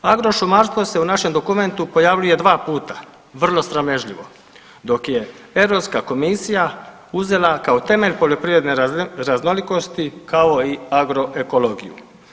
Agrošumarstvo se u našem dokumentu pojavljuje dva puta vrlo sramežljivo, dok je Europska komisija uzela kao temelj poljoprivredne raznolikosti kao i Agroekologiju.